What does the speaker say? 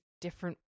different